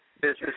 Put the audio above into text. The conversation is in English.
business